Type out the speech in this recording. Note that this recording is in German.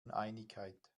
uneinigkeit